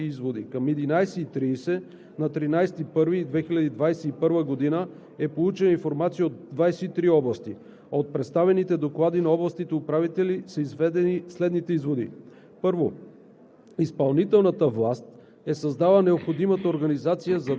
Информация от областните управители и представители на местната власт – изводи. Към 11,30 ч. на 13 януари 2021 г. е получена информация от 23 области. От представените доклади на областните управители са изведени следните изводи: Първо,